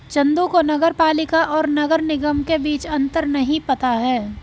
चंदू को नगर पालिका और नगर निगम के बीच अंतर नहीं पता है